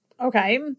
Okay